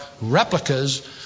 replicas